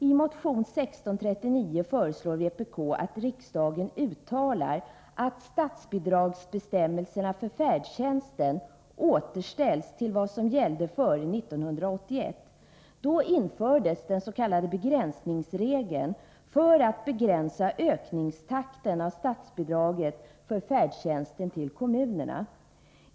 I motion 1639 föreslår vpk att riksdagen uttalar att statsbidragsbestämmelserna för färdtjänsten återställs till vad som gällde före 1981. Då infördes den s.k. begränsningsregeln för att begränsa ökningstakten i statsbidraget för färdtjänsten till kommunerna.